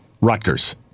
Rutgers